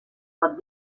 pot